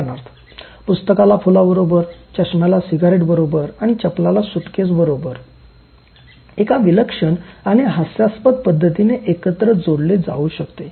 उदाहरणार्थ पुस्तकाला फुलाबरोबर चष्माला सिगारेट बरोबर आणि चपलाला सूटकेसबरोबर एका विलक्षण आणि हास्यास्पद पद्धतीने एकत्र जोडले जावू शकते